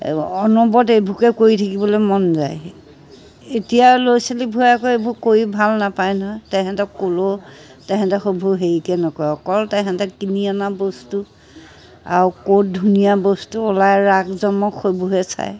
অনবৰত এইবোকে কৰি থাকিবলৈ মন যায় এতিয়া ল'ৰা ছোৱালীবোৰে আকৌ এইবোৰ কৰি ভাল নাপায় নহয় তেহেঁতক ক'লেও তেহেঁতে সেইবোৰ হেৰিকে নকৰে অকল তেহেঁতে কিনি অনা বস্তু আৰু ক'ত ধুনীয়া বস্তু ওলাই জাকজমক সেইবোৰহে চায়